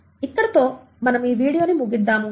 ఇక్కడితో మనము ఈ వీడియో ని ముగిద్దాము